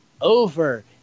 over